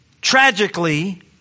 tragically